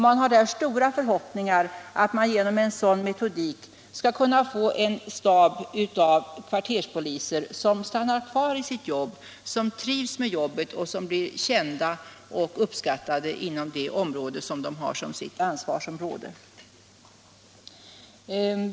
Man har där stora förhoppningar att genom en sådan metodik kunna få en stab av kvarterspoliser som stannar kvar i sitt jobb, som trivs med jobbet och som blir kända och uppskattade inom sitt ansvarsområde.